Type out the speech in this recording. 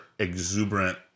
exuberant